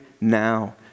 now